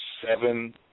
seven